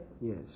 Yes